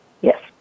Yes